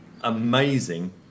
amazing